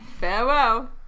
Farewell